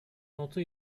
notu